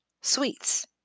sweets